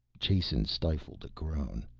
jason stifled a groan.